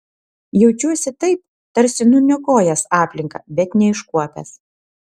jaučiuosi taip tarsi nuniokojęs aplinką bet neiškuopęs